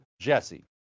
JESSE